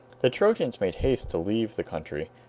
the trojans made haste to leave the country,